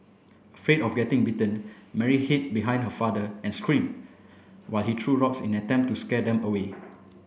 afraid of getting bitten Mary hid behind her father and screamed while he threw rocks in attempt to scare them away